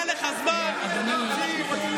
יאללה, בוא נצביע, בוא.